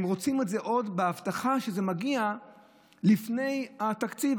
הם רוצים את זה עוד בהבטחה שזה מגיע לפני התקציב,